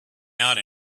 out